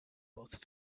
both